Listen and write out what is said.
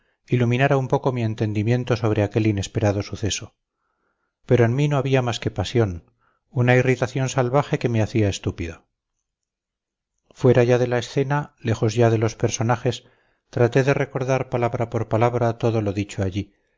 iluminara un poco mi entendimiento sobre aquel inesperado suceso pero en mí no había más que pasión una irritación salvaje que me hacía estúpido fuera ya de la escena lejos ya de los personajes traté de recordar palabra por palabra todo lo dicho allí